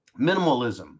Minimalism